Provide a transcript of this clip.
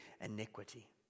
iniquity